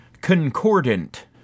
concordant